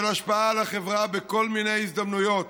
השפעה על החברה בכל מיני הזדמנויות.